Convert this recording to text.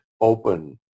open